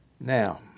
Now